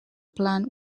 plan